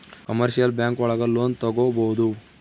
commercial bank ಒಳಗ loan ತಗೊಬೋದು